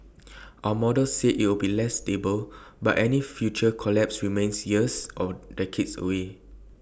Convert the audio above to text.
our models say IT will be less stable but any future collapse remains years or decades away